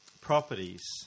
properties